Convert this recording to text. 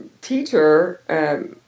teacher